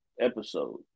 episode